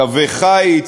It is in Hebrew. קווי חיץ.